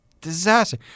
disaster